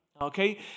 Okay